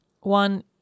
one